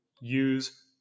use